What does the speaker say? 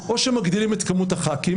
או שמגדילים את כמות חברי הכנסת,